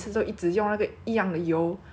then like that's why the outside the skin hor